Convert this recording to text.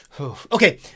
Okay